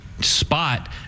spot